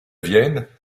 vienne